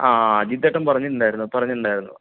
ആ അജിത്തേട്ടൻ പറഞ്ഞിട്ടുണ്ടായിരുന്നു പറഞ്ഞിട്ടുണ്ടായിരുന്നു